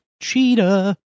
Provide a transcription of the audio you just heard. Cheetah